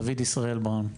דוד ישראל בראון.